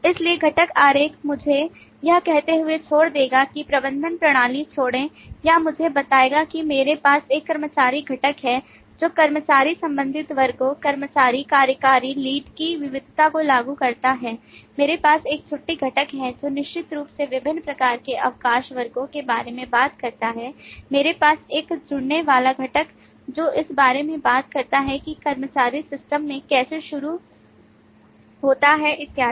इसलिए घटक आरेख मुझे यह कहते हुए छोड़ देगा कि प्रबंधन प्रणाली छोड़ें यह मुझे बताएगा कि मेरे पास एक कर्मचारी घटक है जो कर्मचारी संबंधित वर्गों कर्मचारी कार्यकारी लीड की विविधता को लागू करता है मेरे पास एक छुट्टी घटक है जो निश्चित रूप से विभिन्न प्रकार के अवकाश वर्गों के बारे में बात करता है मेरे पास है एक जुड़ने वाला घटक जो इस बारे में बात करता है कि कर्मचारी सिस्टम में कैसे शुरू होता है इत्यादि